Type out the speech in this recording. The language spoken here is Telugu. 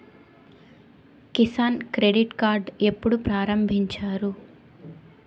కిసాన్ క్రెడిట్ కార్డ్ ఎప్పుడు ప్రారంభించారు?